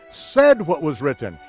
said what was written,